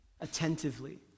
attentively